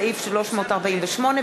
סעיף 348,